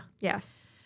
Yes